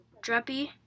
Druppy